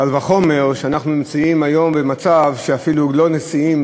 קל וחומר שאנחנו נמצאים היום במצב שאפילו לא נשיאים,